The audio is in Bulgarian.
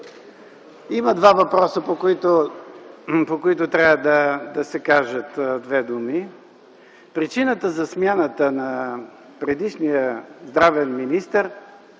Има два въпроса, по които трябва да се кажат две думи. Причината за смяната на предишния здравен министър,